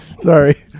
Sorry